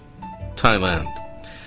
Thailand